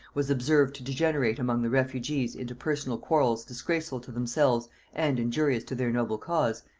was observed to degenerate among the refugees into personal quarrels disgraceful to themselves and injurious to their noble cause,